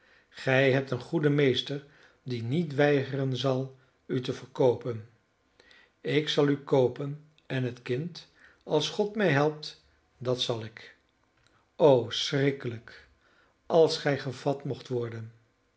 gij hebt een goeden meester die niet weigeren zal u te verkoopen ik zal u koopen en het kind als god mij helpt dat zal ik o schrikkelijk als gij gevat mocht worden